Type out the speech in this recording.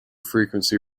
frequency